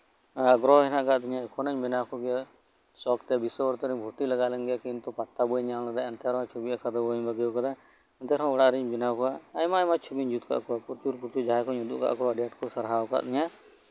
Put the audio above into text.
ᱟᱜᱽᱨᱚᱦᱚ ᱦᱮᱱᱟᱜ ᱠᱟᱜ ᱛᱤᱧᱟᱹ ᱮᱠᱷᱚᱱᱳᱧ ᱵᱮᱱᱟᱣ ᱠᱚᱜᱮᱭᱳ ᱥᱚᱠᱛᱮ ᱵᱤᱥᱥᱚᱼᱵᱷᱟᱨᱚᱛᱤ ᱨᱮᱧ ᱵᱷᱩᱨᱛᱤ ᱞᱮᱜᱟ ᱞᱮᱱ ᱜᱮᱭᱟ ᱠᱤᱱᱛᱩ ᱠᱳᱱᱳ ᱯᱟᱛᱛᱟ ᱵᱟᱹᱧ ᱧᱟᱢ ᱞᱮᱫᱟ ᱮᱱᱛᱮ ᱨᱮᱦᱚᱸ ᱪᱷᱚᱵᱤ ᱟᱸᱠᱟᱣ ᱫᱚ ᱵᱟᱹᱧ ᱵᱟᱹᱜᱤᱣᱟᱠᱟᱫᱟ ᱱᱮᱛᱟᱨ ᱦᱚᱸ ᱚᱲᱟᱜ ᱨᱤᱧ ᱵᱮᱱᱟᱣ ᱠᱚᱣᱟ ᱟᱭᱢᱟᱼᱟᱭᱢᱟ ᱪᱷᱚᱵᱤᱧ ᱡᱩᱛ ᱠᱟᱜ ᱠᱚᱣᱟ ᱩᱱᱠᱩ ᱪᱷᱚᱵᱤ ᱡᱟᱦᱟᱸᱭ ᱠᱩᱧ ᱩᱫᱩᱜ ᱠᱟᱜ ᱠᱮᱣᱟ ᱟᱹᱰᱤ ᱟᱸᱴ ᱠᱚ ᱥᱟᱨᱦᱟᱣ ᱠᱟᱹᱫᱤᱧᱟ